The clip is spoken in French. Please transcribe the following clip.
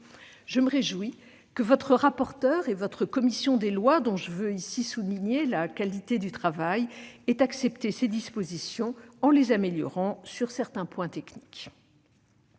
Je me réjouis que votre rapporteur et votre commission des lois, dont je veux ici souligner la qualité du travail, aient accepté ces dispositions en les améliorant sur certains points techniques.